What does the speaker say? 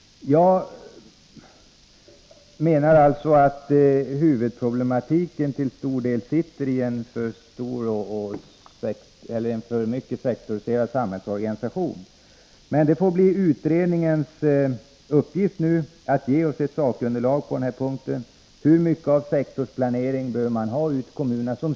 Huvudproblemet ligger enligt min mening till stor del i att vi har en alltför sektoriserad samhällsorganisation. Utredningens uppgift är nu att ge oss ett underlag för bedömning av hur mycket av statligt bestämd sektorsplanering man bör ha ute i kommunerna.